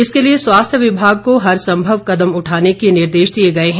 इसके लिए स्वास्थ्य विभाग को हर संभव कदम उठाने के निर्देश दिए गए हैं